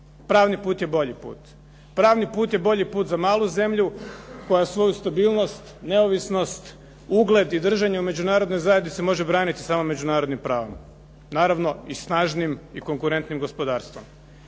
Pravni put je bolji put. Pravni put je bolji put za malu zemlju koja svoju stabilnost neovisnost, ugled i držanje u međunarodnoj zajednici može braniti samo međunarodnim pravom. Naravno i snažnim i konkurentnim gospodarstvom.